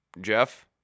Jeff